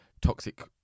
toxic